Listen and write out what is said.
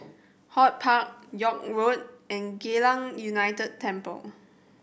HortPark York Road and Geylang United Temple